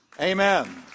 Amen